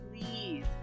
please